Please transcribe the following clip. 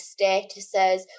statuses